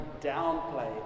downplay